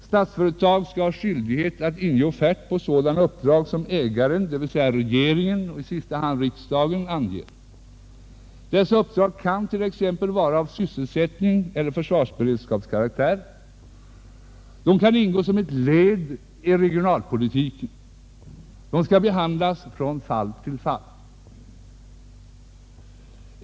Statsföretag skall ha skyldighet att inge offert på sådana uppdrag som ägaren — dvs. regeringen och i sista hand riksdagen — anger. Dessa uppdrag kan t.ex. vara av sysselsättningseller försvarsberedskapskaraktär. De kan ingå som ett led i regionalpolitiken. De skall behandlas från fall till fall.